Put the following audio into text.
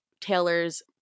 Taylor's